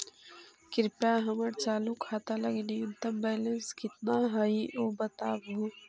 कृपया हमर चालू खाता लगी न्यूनतम बैलेंस कितना हई ऊ बतावहुं